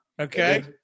Okay